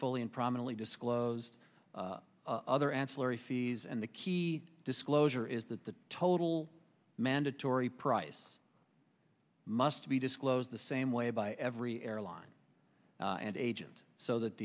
fully and prominently disclosed other ancillary fees and the key disclosure is that the total mandatory price must be disclosed the same way by every airline and agent so that